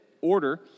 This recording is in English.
order